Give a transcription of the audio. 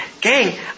Gang